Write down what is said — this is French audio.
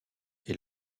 est